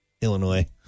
Illinois